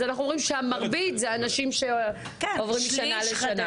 אז מרביתם הם אנשים שעוברים משנה לשנה.